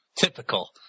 Typical